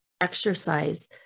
exercise